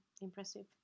impressive